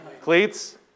Cleats